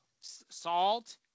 Salt